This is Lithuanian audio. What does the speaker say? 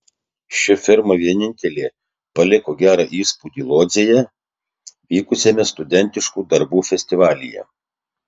ši firma vienintelė paliko gerą įspūdį lodzėje vykusiame studentiškų darbų festivalyje